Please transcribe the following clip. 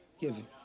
giving